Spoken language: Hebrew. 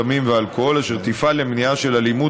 בסמים ובאלכוהול אשר תפעל למניעה של אלימות,